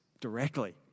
directly